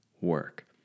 work